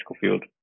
field